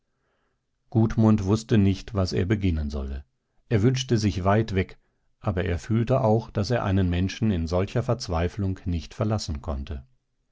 mache gudmund wußte nicht was er beginnen solle er wünschte sich weit weg aber er fühlte auch daß er einen menschen in solcher verzweiflung nicht verlassen konnte